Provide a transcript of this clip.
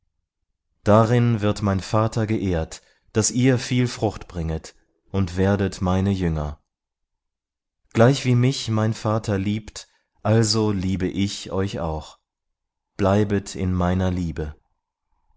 darin wird mein vater geehrt daß ihr viel frucht bringet und werdet meine jünger gleichwie mich mein vater liebt also liebe ich euch auch bleibet in meiner liebe